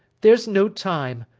there's no time.